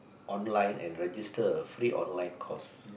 online and register a free online course